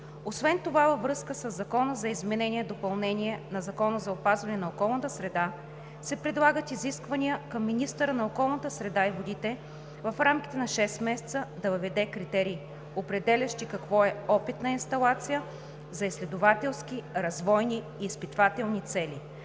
Освен това, във връзка със Закона за изменение и допълнение на Закона за опазване на околната среда, се предлагат изисквания към министъра на околната среда и водите в рамките на 6 месеца да въведе критерии, определящи какво е „опитна инсталация за изследователски, развойни и изпитвателни цели“